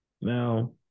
Now